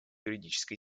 юридической